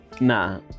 Nah